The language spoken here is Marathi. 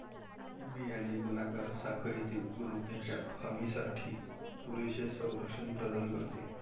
बियाणे गुणाकार साखळीतील गुणवत्तेच्या हमीसाठी पुरेसे संरक्षण प्रदान करते